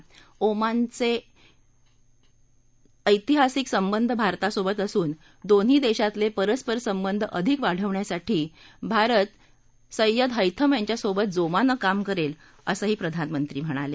भारताचे ओमानशी ऐतिहासिक संबंध असून दोन्ही देशांतले परस्पर संबंध अधिक वाढवण्यासाठी भारत सय्यद हैथम यांच्या सोबत जोमाने काम करेल असंही प्रधानमंत्री म्हणाले